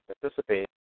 participate